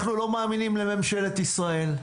מאמינים לממשלת ישראל,